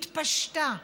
התפשטה והחמירה,